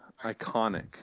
iconic